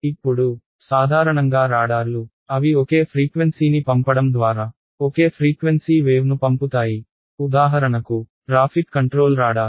ఇప్పుడు సాధారణంగా రాడార్లు అవి ఒకే ఫ్రీక్వెన్సీని పంపడం ద్వారా ఒకే ఫ్రీక్వెన్సీ వేవ్ను పంపుతాయి ఉదాహరణకు ట్రాఫిక్ కంట్రోల్ రాడార్